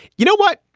you know what?